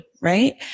Right